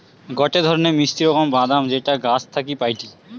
গটে ধরণের মিষ্টি রকমের বাদাম যেটা গাছ থাকি পাইটি